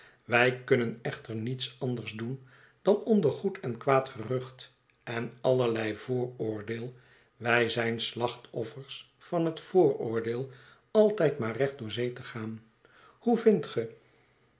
wij kunnen echter niets anders doen dan onder goed en kwaad gerucht en allerlei vooroordeel wij zijn slachtoffers van het vooroordeel altijd maar recht door zee te gaan hoe vindt ge